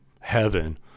heaven